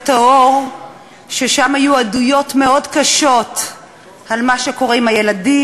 טהור"; והיו שם עדויות מאוד קשות על מה שקורה עם הילדים,